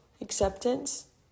acceptance